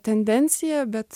tendenciją bet